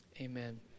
amen